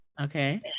Okay